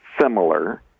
similar